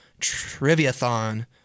Triviathon